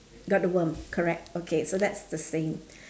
got the worm correct okay so that's the same